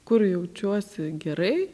kur jaučiuosi gerai